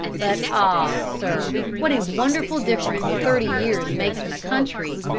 but ah! sir, what a wonderful difference thirty years makes in a country!